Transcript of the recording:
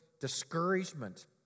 discouragement